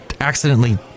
accidentally